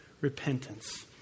repentance